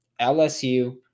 LSU